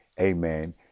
amen